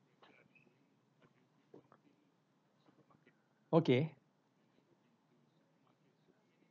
okay